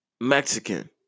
Mexican